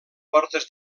portes